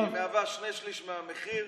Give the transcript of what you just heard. שמהווה שני שלישים מהמחיר,